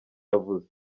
yavuze